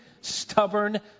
stubborn